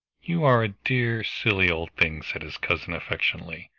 you are a dear, silly old thing, said his cousin affectionately,